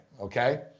Okay